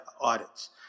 audits